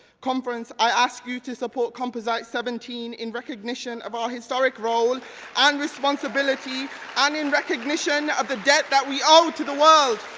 conference i ask you to support composite seventeen in recognition of our historic royal and responsibility and in recognition of the debt that we owe to the world.